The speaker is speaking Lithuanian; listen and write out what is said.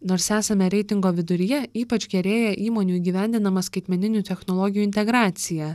nors esame reitingo viduryje ypač gerėja įmonių įgyvendinama skaitmeninių technologijų integracija